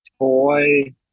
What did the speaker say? toy